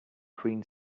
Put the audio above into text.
queen